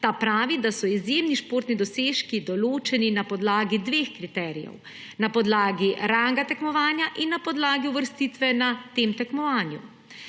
Ta pravi, da so izjemni športni dosežki določeni na podlagi dveh kriterijev – na podlagi ranga tekmovanja in na podlagi uvrstitve na tem tekmovanju.